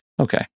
Okay